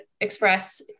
express